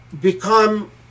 become